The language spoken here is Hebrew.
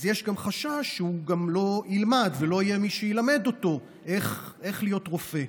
יש גם חשש שהוא גם לא ילמד ולא יהיה מי שילמד אותו איך להיות רופא,